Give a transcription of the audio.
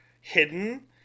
hidden